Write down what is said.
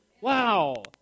Wow